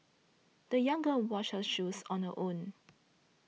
the young girl washed her shoes on her own